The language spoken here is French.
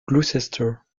gloucester